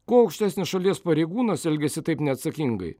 kuo aukštesnis šalies pareigūnas elgiasi taip neatsakingai